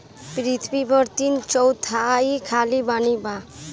पृथ्वी पर तीन चौथाई खाली पानी बा